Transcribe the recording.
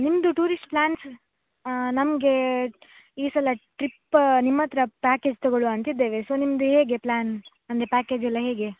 ನಿಮ್ಮದು tourist plans ನಮಗೆ ಈ ಸಲ ಟ್ರಿಪ್ಪ ನಿಮ್ಮ ಹತ್ರ ಪ್ಯಾಕೇಜ್ ತೊಗೊಳ್ಳುವ ಅಂತಿದ್ದೇವೆ ಸೊ ನಿಮ್ಮದು ಹೇಗೆ ಪ್ಲಾನ್ ಅಂದರೆ ಪ್ಯಾಕೇಜೆಲ್ಲ ಹೇಗೆ